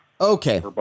Okay